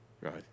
Right